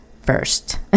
first